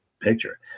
picture